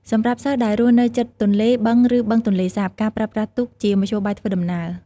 សម្រាប់សិស្សដែលរស់នៅជិតទន្លេ បឹងឬបឹងទន្លេសាប ការប្រើប្រាស់ទូកជាមធ្យោបាយធ្វើដំណើរ។